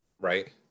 right